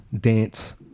Dance